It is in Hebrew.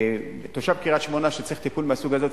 תושב קריית-שמונה שצריך טיפול מהסוג הזה,